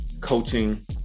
coaching